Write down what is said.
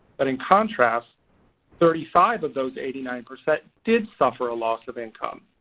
but in contrast thirty five of those eighty nine percent did suffer a loss of income.